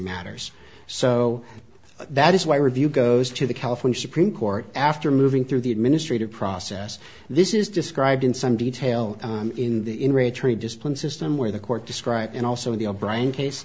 matters so that is why review goes to the california supreme court after moving through the administrative process this is described in some detail in the in re tree discipline system where the court described and also the o'brien case